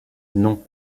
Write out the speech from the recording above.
non